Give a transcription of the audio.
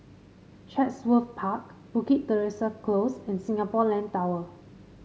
Chatsworth Park Bukit Teresa Close and Singapore Land Tower